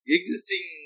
Existing